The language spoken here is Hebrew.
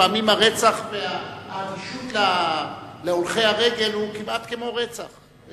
לפעמים האדישות להולכי הרגל זה כמעט כמו רצח,